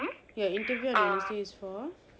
your interview on wednesday is for